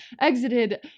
exited